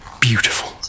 beautiful